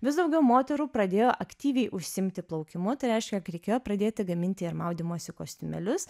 vis daugiau moterų pradėjo aktyviai užsiimti plaukimu tai reiškia kad reikėjo pradėti gaminti ir maudymosi kostiumėlius